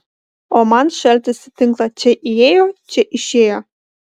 o man šaltis į tinklą čia įėjo čia išėjo